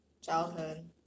childhood